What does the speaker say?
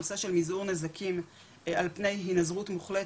הנושא של מזעור נזקים על פני הנזרות מוחלטת,